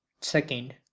Second